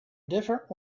different